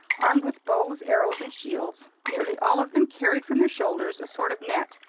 armed with bows, arrows, and shields, nearly all of them carried from their shoulders a sort of net,